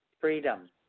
freedom